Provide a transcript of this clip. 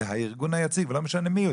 זה הארגון היציג, ולא משנה מי הוא.